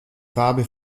farbe